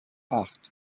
acht